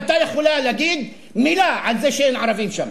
היתה יכולה להגיד מלה על זה שאין ערבים שם.